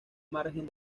margen